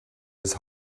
his